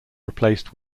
replaced